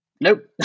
Nope